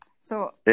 So-